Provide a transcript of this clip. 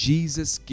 Jesus